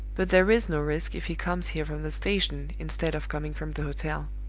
but there is no risk if he comes here from the station instead of coming from the hotel.